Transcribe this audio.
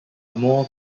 amor